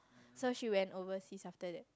so she went overseas after that